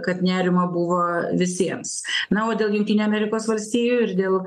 kad nerimo buvo visiems na o dėl jungtinių amerikos valstijų ir dėl